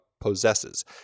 possesses